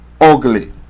ugly